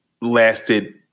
lasted